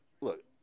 Look